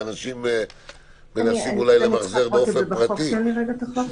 אני דניאל אגרונוב, מנהל אגף התפעול.